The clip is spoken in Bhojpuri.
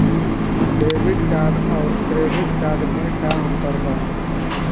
डेबिट कार्ड आउर क्रेडिट कार्ड मे का अंतर बा?